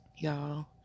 y'all